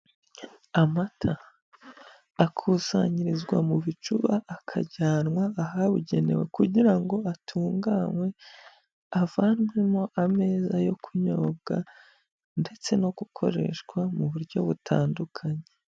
Amata akusanyirizwa mu bicuba akajyanwa ahabugenewe, kugira ngo atunganywe avanwemo ameza yo kunyobwa ndetse no gukoreshwa mu buryo butandukanye.